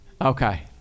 Okay